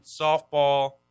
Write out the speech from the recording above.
softball